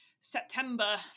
September